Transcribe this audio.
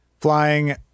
flying